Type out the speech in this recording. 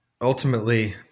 ultimately